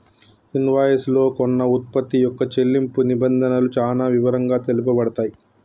invoice లో కొన్న వుత్పత్తి యొక్క చెల్లింపు నిబంధనలు చానా వివరంగా తెలుపబడతయ్